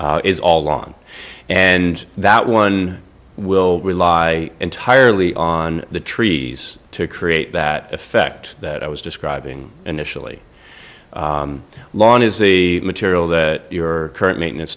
is all long and that one will rely entirely on the trees to create that effect that i was describing initially lawn is the material that your current maintenance